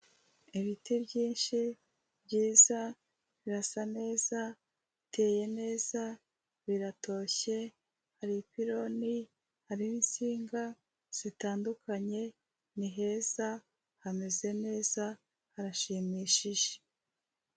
Ibiti byinshi byiza, birasa neza, biteye neza, biratoshye, hari ipiloni, hari insinga, zitandukanye, ni heza, hameze neza, harashimishije.